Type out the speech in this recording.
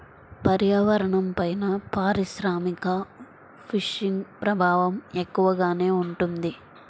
పర్యావరణంపైన పారిశ్రామిక ఫిషింగ్ ప్రభావం ఎక్కువగానే ఉంటుంది